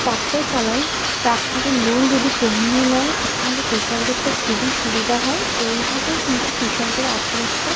tractor চালান ট্রাক্টরের loan যদি কমিয়ে নেন তাহলে কৃষকদের তো খুবই সুবিধা হয় এইভাবেও কিন্তু কৃষকদের আত্মহত্যা